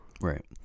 Right